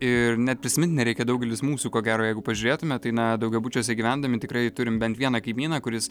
ir net prisimint nereikia daugelis mūsų ko gero jeigu pažiūrėtume tai na daugiabučiuose gyvendami tikrai turim bent vieną kaimyną kuris